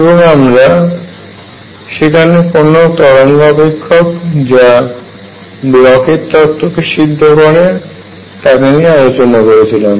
এবং আমরা সেখানে কোনো তরঙ্গ অপেক্ষক যা ব্লকের তত্ত্ব কে সিদ্ধ করে তাকে নিয়ে আলোচনা করেছিলাম